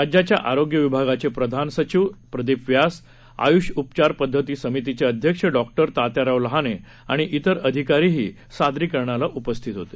राज्याच्या आरोग्य विभागाचे प्रधान सचिव प्रदीप व्यास आयुष उपचार पद्वत समितीचे अध्यक्ष डॉक्टर तात्याराव लहाने आणि तिर अधिकारीही सादरीकरणाला उपस्थित होते